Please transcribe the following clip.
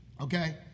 Okay